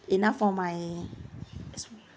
enough for my expense